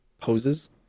poses